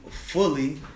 fully